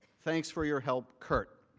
thanks for your help, kurt.